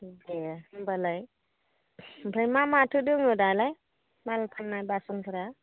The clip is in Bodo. देह होनबालाय ओमफ्राय मा माथो दङ दालाय मान खालामनाय बासनफोरा